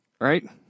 right